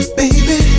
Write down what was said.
baby